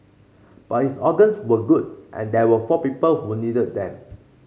but his organs were good and there were four people who needed them